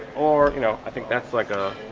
or you know i think that's like a